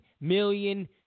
million